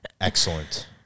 Excellent